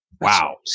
Wow